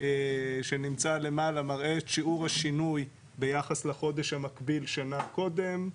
שנמצא למעלה מראה את שיעור השינוי ביחס לחודש המקביל שנה קודם,